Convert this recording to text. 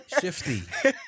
shifty